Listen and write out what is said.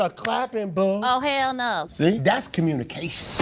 ah clappin' boo. oh, hell no. see? that's communication.